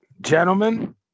gentlemen